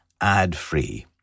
ad-free